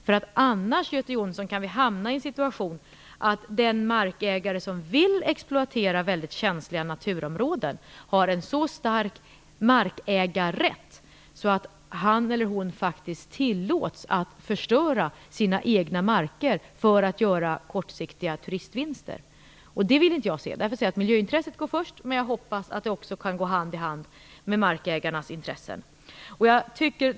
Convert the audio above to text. Vi kan annars hamna i en situation, Göte Jonsson, att den markägare som vill exploatera väldigt känsliga naturområden har en så stark markägarrätt att han eller hon tillåts att förstöra sina egna marker för att göra kortsiktiga turistvinster. Det vill inte jag se. Därför går miljöintresset först. Men jag hoppas att det också kan gå hand i hand med markägarnas intressen.